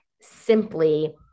simply